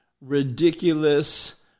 ridiculous